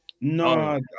No